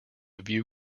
view